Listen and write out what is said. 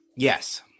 Yes